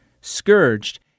scourged